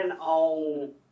on